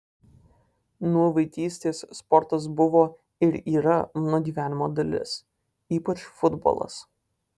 nuo vaikystės sportas buvo ir yra mano gyvenimo dalis ypač futbolas